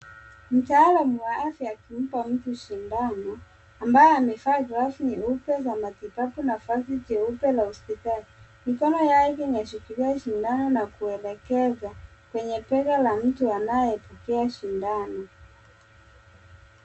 Mtaalamu wa afya akimpa mtu sindano, ambaye amevaa glavu nyeupe za matibabu na vazi jeupe la hospitali. Mikono yake imeshikilia sindano na kuelekeza kwenye bega la mtu anayepokea sindano.